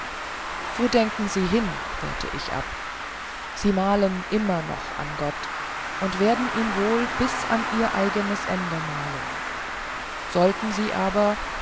wo denken sie hin wehrte ich ab sie malen immer noch an gott und werden ihn wohl bis an ihr eigenes ende malen sollten sie aber